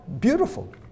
beautiful